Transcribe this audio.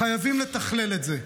חייבות לתכלל את זה.